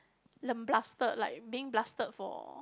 lambasted like being blasted for